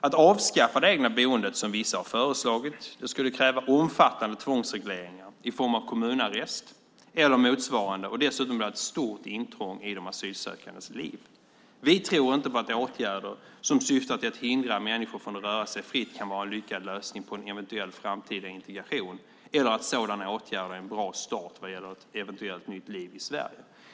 Att avskaffa det egna boendet, som vissa har föreslagit, skulle kräva omfattande tvångsregleringar i form av kommunarrest eller motsvarande. Dessutom skulle det vara ett stort intrång i de asylsökandes liv. Vi tror inte på att åtgärder som syftar till att hindra människor från att röra sig fritt kan vara en lyckad lösning på en eventuell framtida integration eller att sådana åtgärder ger en bra start vad gäller eventuellt nytt liv i Sverige.